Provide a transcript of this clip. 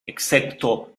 excepto